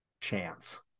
chance